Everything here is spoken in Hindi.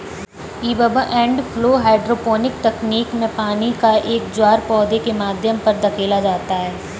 ईबब एंड फ्लो हाइड्रोपोनिक तकनीक में पानी का एक ज्वार पौधे के माध्यम पर धकेला जाता है